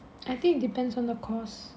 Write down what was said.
I think it depends on the course